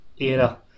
era